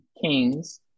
Kings